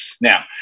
Now